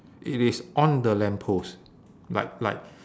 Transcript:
it is on the lamppost like like